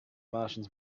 martians